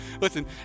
Listen